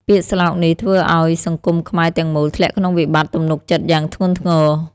ពាក្យស្លោកនេះធ្វើឱ្យសង្គមខ្មែរទាំងមូលធ្លាក់ក្នុងវិបត្តិទំនុកចិត្តយ៉ាងធ្ងន់ធ្ងរ។